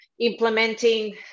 implementing